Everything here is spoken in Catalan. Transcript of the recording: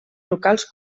locals